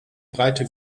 breite